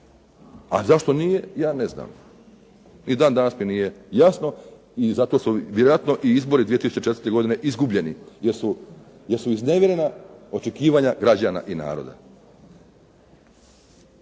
a zašto nije ja ne znam, dan danas nam nije jasno, i vjerojatno su i izbori 2004. izgubljeni jer su iznevjerena očekivanja naroda.